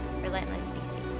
relentlessdc